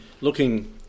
looking